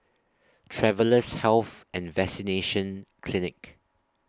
Travellers' Health and Vaccination Clinic